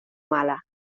mala